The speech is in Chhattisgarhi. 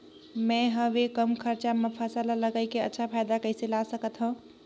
मैं हवे कम खरचा मा फसल ला लगई के अच्छा फायदा कइसे ला सकथव?